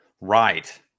Right